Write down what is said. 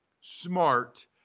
smart